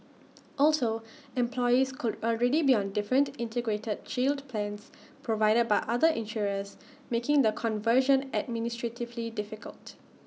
also employees could already be on different integrated shield plans provided by other insurers making the conversion administratively difficult